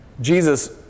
Jesus